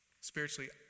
Spiritually